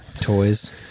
Toys